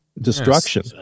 destruction